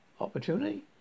Opportunity